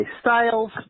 Styles